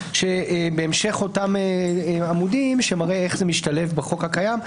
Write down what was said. בהמשך אותם עמודים שמראה איך זה משתלב בחוק הקיים.